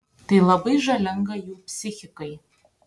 tai labai žalinga jų psichikai